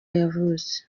yavutse